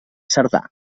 cerdà